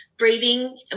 Breathing